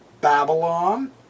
Babylon